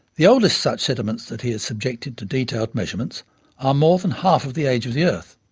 the oldest such sediments that he has subjected to detailed measurements are more than half of the age of the earth,